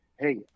hey